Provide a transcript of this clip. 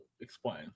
explain